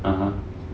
(uh huh)